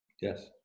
Yes